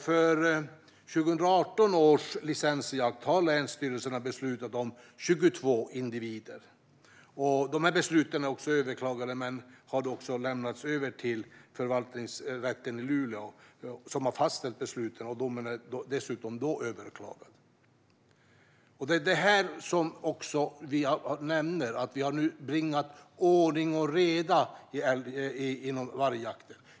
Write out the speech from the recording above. För 2018 års licensjakt har länsstyrelserna beslutat om 22 individer. Besluten är överklagade och har lämnats över till Förvaltningsrätten i Luleå som har fastställt besluten. Domen har dessutom blivit överklagad. Vi har nu bringat ordning och reda inom vargjakten.